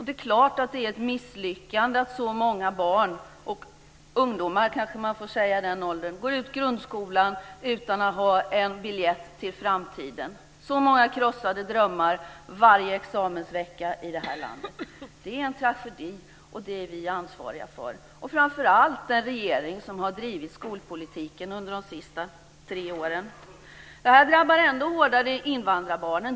Det är klart att det är ett misslyckande att så många barn eller ungdomar - man kanske får säga så i den åldern - går ut grundskolan utan att ha en biljett till framtiden. Så många krossade drömmar det finns varje examensvecka i det här landet! Det är en tragedi, och den är vi ansvariga för. Det gäller framför allt den regering som har drivit skolpolitiken under de senaste tre åren. Detta drabbar invandrarbarnen ännu hårdare.